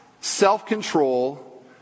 self-control